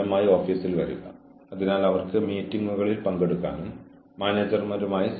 നിഗമനങ്ങളിൽ എത്തിച്ചേരരുത്